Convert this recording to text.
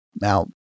now